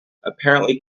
apparently